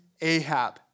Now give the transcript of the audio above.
Ahab